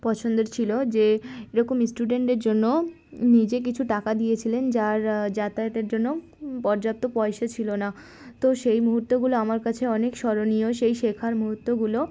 পছন্দের ছিল যে এরকম স্টুডেন্টের জন্য নিজে কিছু টাকা দিয়েছিলেন যার যাতায়াতের জন্য পর্যাপ্ত পয়সা ছিল না তো সেই মুহূর্তগুলো আমার কাছে অনেক স্মরণীয় সেই শেখার মুহূর্তগুলো